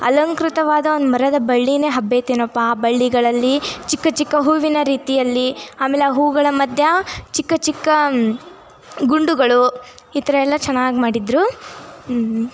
ಅಲಂಕೃತವಾದ ಒಂದು ಮರದ ಬಳ್ಳಿನೇ ಹಬ್ಬೈತೇನಪ್ಪ ಆ ಬಳ್ಳಿಗಳಲ್ಲಿ ಚಿಕ್ಕ ಚಿಕ್ಕ ಹೂವಿನ ರೀತಿಯಲ್ಲಿ ಆಮೇಲೆ ಆ ಹೂಗಳ ಮಧ್ಯ ಚಿಕ್ಕ ಚಿಕ್ಕ ಗುಂಡುಗಳು ಈ ಥರ ಎಲ್ಲ ಚೆನ್ನಾಗಿ ಮಾಡಿದರು